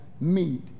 meet